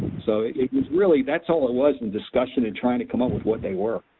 so it was really, that's all it was in discussion and trying to come up with what they were.